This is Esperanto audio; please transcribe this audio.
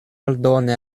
aldoni